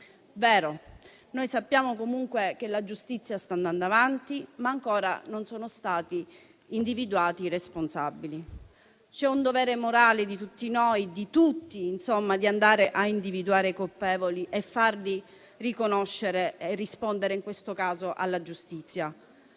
Vero, noi sappiamo comunque che la giustizia sta andando avanti, ma ancora non sono stati individuati i responsabili. Tutti noi abbiamo il dovere morale di individuare i colpevoli, farli riconoscere e rispondere in questo caso alla giustizia,